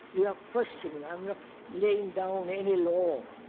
we are questioning, i am not laying down any law.